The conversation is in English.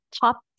top